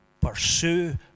pursue